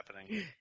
happening